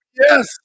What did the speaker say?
yes